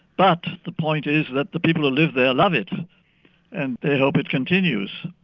but the point is that the people who live there love it and they hope it continues.